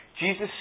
Jesus